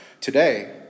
today